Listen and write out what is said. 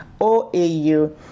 OAU